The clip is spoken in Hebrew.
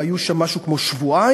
הם היו שם משהו כמו שבועיים,